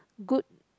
good